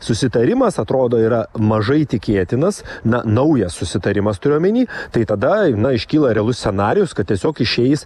susitarimas atrodo yra mažai tikėtinas na naujas susitarimas turiu omeny tai tada iškyla realus scenarijus kad tiesiog išeis